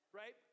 right